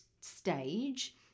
stage